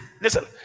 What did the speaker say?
listen